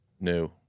New